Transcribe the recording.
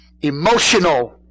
emotional